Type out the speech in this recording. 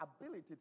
ability